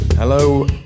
hello